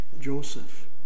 Joseph